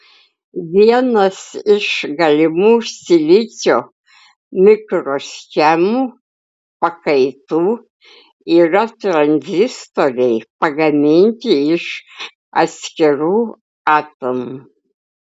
vienas iš galimų silicio mikroschemų pakaitų yra tranzistoriai pagaminti iš atskirų atomų